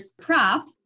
prop